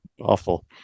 Awful